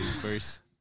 first